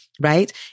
Right